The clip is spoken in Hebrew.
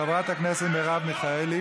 של חברת הכנסת מרב מיכאלי.